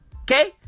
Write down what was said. Okay